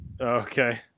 Okay